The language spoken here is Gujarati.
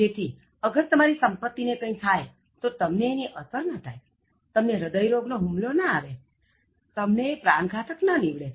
જેથી અગર તમારી સંપત્તિ ને કઈં થાય તો તમને એની અસર ન થાય તમને હ્રદય રોગ નો હુમલો ન આવે તમને પ્રાણઘાતક ન નિવડે